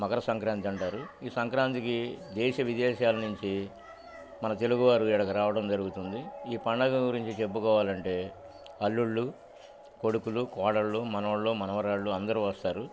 మకర సంక్రాంతి అంటారు ఈ సంక్రాంతికి దేశ విదేశాల నుంచి మన తెలుగువారు ఎడకు రావడం జరుగుతుంది ఈ పండగం గురించి చెప్పుకోవాలంటే అల్లుళ్ళు కొడుకులు కోడళ్ళు మనోళ్ళు మనవరళ్ళు అందరూ వస్తారు